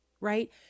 Right